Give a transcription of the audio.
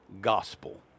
gospel